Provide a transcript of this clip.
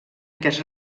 aquest